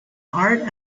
art